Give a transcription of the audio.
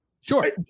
Sure